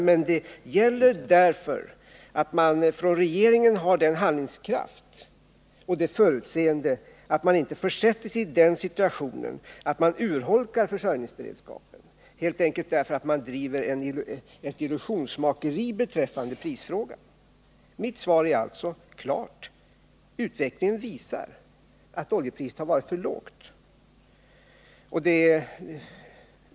Men det gäller därför att regeringen måste ha den handlingskraften och det förutseendet att man inte försätter sig i den situationen att försörjningsberedskapen urholkas — helt enkelt därför att man driver ett illusionsmakeri i prisfrågan. Mitt svar är alltså klart: Utvecklingen visar att oljepriset varit för lågt.